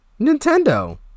Nintendo